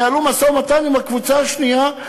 ניהלו משא-ומתן עם הקבוצה השנייה,